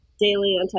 Daily